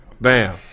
Bam